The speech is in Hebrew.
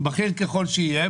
בכיר ככל שיהיה,